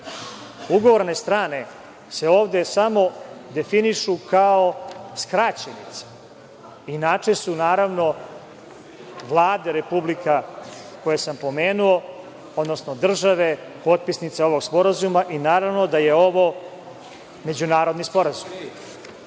strane. Ugovorne strane se ovde samo definišu kao skraćenice, inače su, naravno Vlade republika koje sam pomenuo, odnosno države potpisnice ovog sporazuma i naravno da je ovo međunarodni sporazum. Da